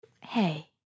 Hey